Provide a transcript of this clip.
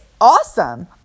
awesome